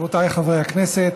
רבותיי חברי הכנסת,